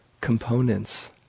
components